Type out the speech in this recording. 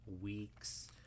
weeks